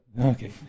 Okay